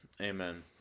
amen